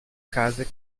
case